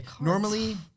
Normally